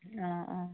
অঁ অঁ